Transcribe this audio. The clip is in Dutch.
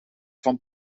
van